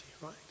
right